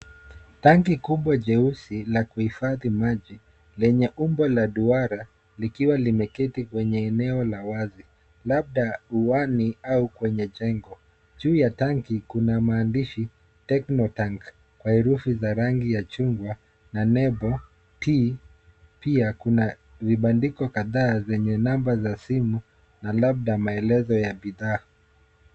Tangi kubwa jeusi la kuhifadhi maji lenye umbo la duara likiwa limeketi kwenye eneo la wazi, labda uani au kwenye jengo. Juu ya tangi, kuna maandishi Techo Tank kwa herufi za rangi ya chungwa na nembo P. Pia kuna vibandiko kadhaa zenye namba za simu na labda maelezo ya bidhaa.